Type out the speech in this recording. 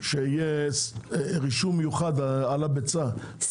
שיהיה סימון מיוחד על הביצה,